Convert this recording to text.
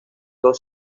dos